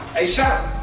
a shot